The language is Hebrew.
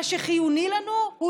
מה שחיוני לנו הוא